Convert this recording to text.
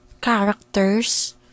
characters